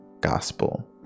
gospel